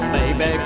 Baby